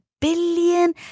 billion